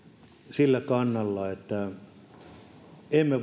sillä kannalla että emme